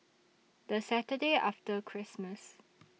The Saturday after Christmas